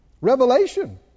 Revelation